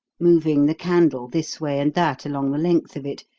moving the candle this way and that along the length of it,